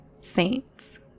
saints